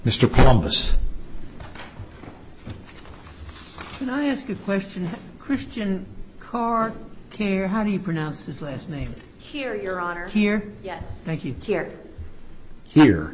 mr pompous when i ask a question christian car here how do you pronounce his last name here your honor here yes thank you here here